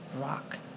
rock